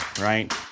right